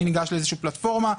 אני ניגש לאיזושהי פלטפורמה,